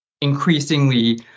increasingly